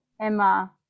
emma